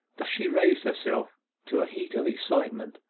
thus she raised herself to a heat of excitement,